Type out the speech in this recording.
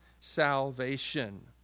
salvation